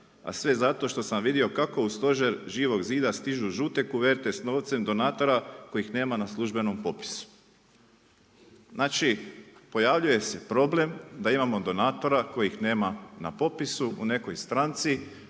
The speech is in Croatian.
A sve zato što sam vidio kako u stožer Živog zida stižu žute koverte s novce donatora kojih nema na službenom popisu. Znači pojavljuje se problem da imamo donatora kojih nema na popisu u nekoj stranci,